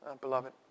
Beloved